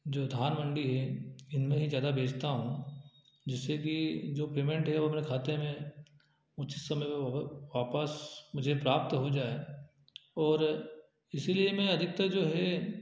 जो धान मंडी है इनमें ही ज़्यादा बेचता हूँ जिससे कि जो पेमेंट है वह अपने खाते में कुछ समय में वह वापस मुझे प्राप्त हो जाए और इसीलिए मैं अधिकतर जो है